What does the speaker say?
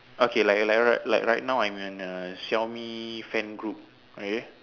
okay like like ri~ like right now I'm in a Xiaomi fan group okay